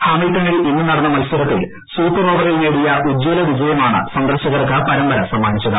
ഹാമിൽട്ടണിൽ ഇന്ന് നടന്ന മത്സരത്തിൽ സൂപ്പർ ഓവറിൽ നേടിയ ഉജ്ജല വിജയമാണ് സന്ദർശകർക്ക് പരമ്പര സമ്മാനിച്ചത്